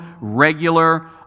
regular